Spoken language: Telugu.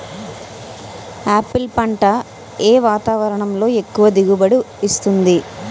ఆపిల్ పంట ఏ వాతావరణంలో ఎక్కువ దిగుబడి ఇస్తుంది?